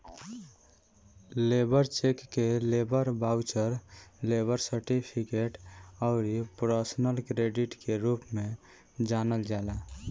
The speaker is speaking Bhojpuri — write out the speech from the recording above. लेबर चेक के लेबर बाउचर, लेबर सर्टिफिकेट अउरी पर्सनल क्रेडिट के रूप में जानल जाला